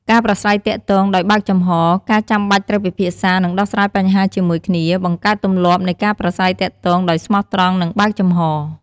ការប្រាស្រ័យទាក់ទងដោយបើកចំហរ ការចាំបាច់ត្រូវពិភាក្សា និងដោះស្រាយបញ្ហាជាមួយគ្នា បង្កើតទម្លាប់នៃការប្រាស្រ័យទាក់ទងដោយស្មោះត្រង់ និងបើកចំហរ។